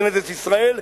כנסת ישראל.